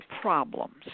problems